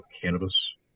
cannabis